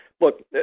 Look